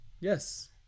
Yes